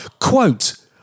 Quote